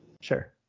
Sure